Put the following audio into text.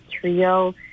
trio